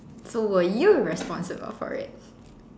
so were you responsible for it